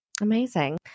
Amazing